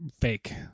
fake